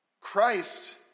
Christ